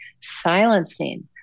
silencing